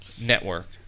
network